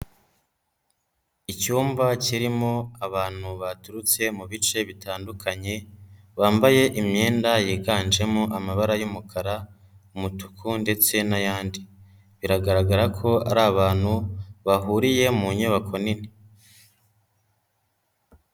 Icyumba kirimo abantu baturutse mu bice bitandukanye, bambaye imyenda yiganjemo amabara y'umukara, umutuku ndetse n'ayandi, biragaragara ko ari abantu bahuriye mu nyubako nini.